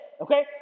okay